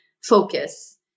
focus